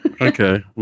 Okay